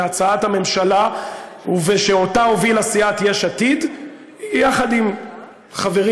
להצעת הממשלה שהובילה סיעת יש עתיד יחד עם חברים